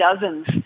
dozens